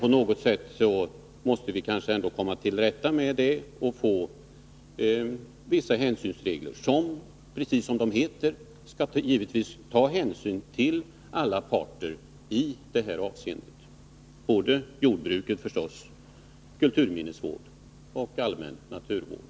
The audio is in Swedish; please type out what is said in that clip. På något sätt måste vi väl ändå komma till rätta med detta och få vissa hänsynsregler som, precis som beteckningen anger, skall ta hänsyn till alla parter i detta avseende — jordbruk, kulturminnesvård och allmän naturvård.